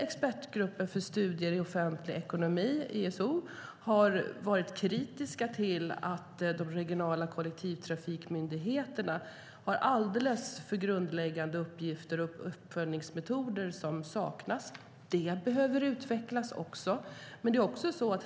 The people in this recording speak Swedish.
Expertgruppen för studier i offentlig ekonomi, ESO, har varit kritisk till att de regionala kollektivtrafikmyndigheterna har alldeles för grunda uppgifter och att det saknas uppföljningsmetoder. Det behöver också utvecklas.